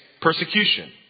persecution